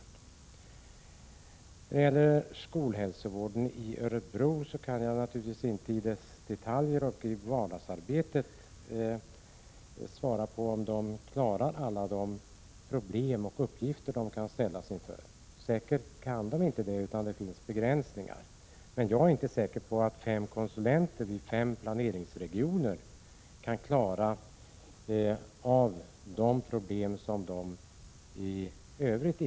När det gäller skolhälsovården i Örebro kan jag naturligtvis inte i detalj svara på om man där klarar alla de problem och uppgifter som man kan ställas inför. Säkert gör det inte det, utan det finns begränsningar. Men jag är inte säker på att fem konsulenter i fem planeringsregioner löser de problemen heller.